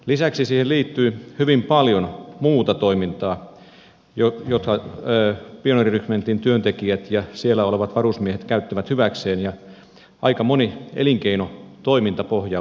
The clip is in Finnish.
lisäksi siihen liittyy hyvin paljon muuta toimintaa jota pioneerirykmentin työntekijät ja siellä olevat varusmiehet käyttävät hyväkseen ja aika moni elinkeinotoiminta pohjautuu siihen